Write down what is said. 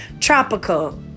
tropical